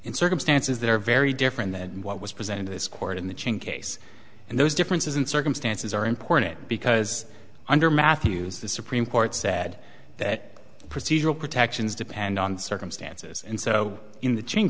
in circumstances that are very different than what was presented to this court in the chain case and those differences in circumstances are important because under matthew's the supreme court said that procedural protections depend on circumstances and so in the chain